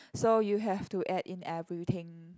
so you have to add in everything